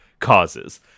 causes